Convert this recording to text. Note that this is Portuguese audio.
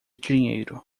dinheiro